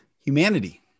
Humanity